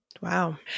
Wow